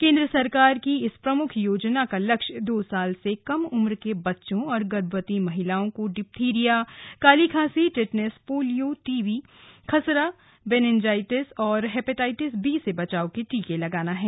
केंद्र सरकार की इस प्रमुख योजना का का लक्ष्य दो साल से कम उम्र के बच्चों और गर्भवती महिलाओं को डिप्थीरिया काली खांसी टिटनेस पोलियो टीवी खसरा बेनिंजाइटिस और हेपेटाइटिस बी से बचाव के टीके लगाना है